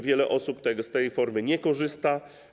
Wiele osób z tej formy nie korzysta.